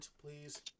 please